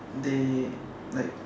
they like